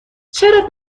چرا